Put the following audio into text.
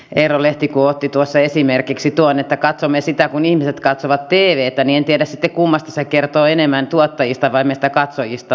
eero lehti kun otti tuossa esimerkiksi tuon että katsomme sitä kun ihmiset katsovat tvtä niin en tiedä sitten kummasta se kertoo enemmän tuottajista vai meistä katsojista